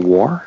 War